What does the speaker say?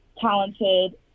talented